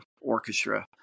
orchestra